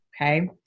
okay